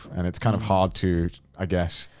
and it's kind of hard to i guess,